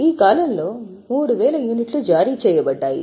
ఈ కాలంలో 3000 యూనిట్లు జారీ చేయబడ్డాయి